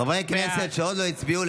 בעד חברי הכנסת שעוד לא הצביעו,